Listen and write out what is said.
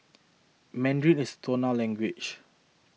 mandarin is tonal language